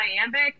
iambic